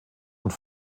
und